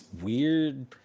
weird